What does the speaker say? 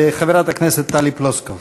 חברת הכנסת טלי פלוסקוב.